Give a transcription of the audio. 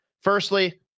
firstly